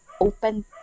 open